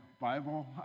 Bible